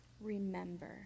Remember